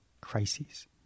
crises